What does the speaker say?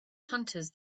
hunters